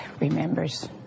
remembers